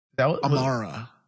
Amara